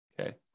Okay